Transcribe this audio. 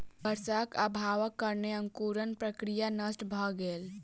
वर्षाक अभावक कारणेँ अंकुरण प्रक्रिया नष्ट भ गेल